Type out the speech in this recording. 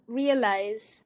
realize